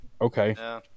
Okay